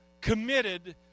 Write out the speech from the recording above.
committed